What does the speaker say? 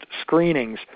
screenings